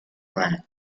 plan